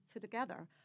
together